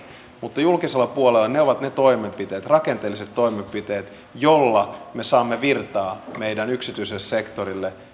mutta julkisella puolella ne ovat ne rakenteelliset toimenpiteet joilla me saamme virtaa meidän yksityiselle sektorillemme